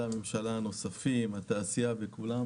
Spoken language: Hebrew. הממשלה הנוספים משרד התעשייה ואחרים